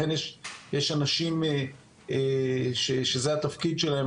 לכן יש אנשים שזה התפקיד שלהם,